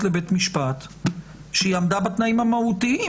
לבית המשפט שהיא עמדה בתנאים המהותיים,